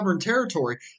territory